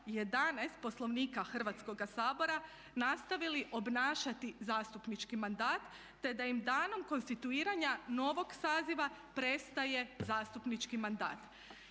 Poslovnika Hrvatskoga sabora nastavili obnašati zastupnički mandat te da im danom konstituiranja novog saziva prestaje zastupnički mandat.